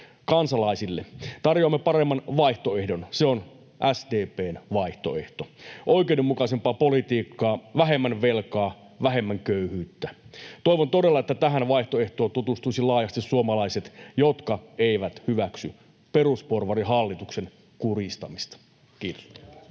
kansalaisille. Tarjoamme paremman vaihtoehdon, se on SDP:n vaihtoehto: oikeudenmukaisempaa politiikkaa, vähemmän velkaa, vähemmän köyhyyttä. Toivon todella, että tähän vaihtoehtoon tutustuisivat laajasti suomalaiset, jotka eivät hyväksy perusporvarihallituksen kurjistamista. — Kiitos.